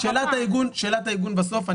שאלת העיגון בסוף,